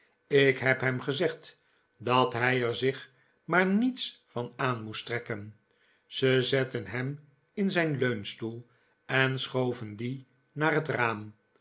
ik heb hem gezegd dat hij er zich maar niets van aan moest trekken zij zetten hem in zijn leunstbel en schoven dien naar het raam